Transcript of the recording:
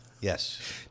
yes